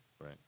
Right